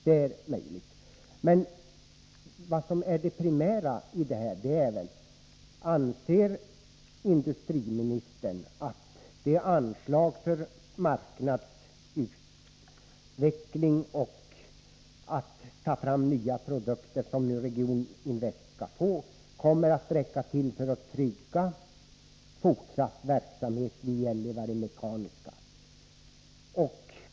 Det är möjligt att det förhåller sig på detta sätt. Det primära är emellertid: Anser industriministern att anslaget för marknadsutveckling och för att ta fram nya produkter som Regioninvest skall få kommer att räcka till för att trygga fortsatt verksamhet vid Gällivare Mekaniska?